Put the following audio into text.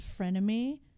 frenemy